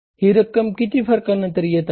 ही रक्कम किती फरका नंतर येत आहे